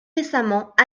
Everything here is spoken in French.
récemment